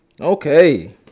okay